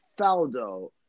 Faldo